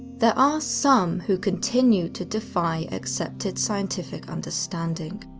there are some who continue to defy accepted scientific understanding.